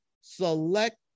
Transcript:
select